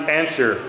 answer